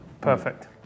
Perfect